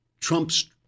Trump's